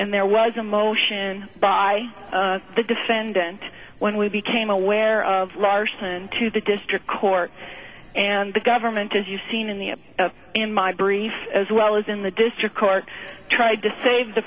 and there was a motion by the defendant when we became aware of larson to the district court and the government as you've seen in the in my brief as well as in the district court tried to save the